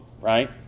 right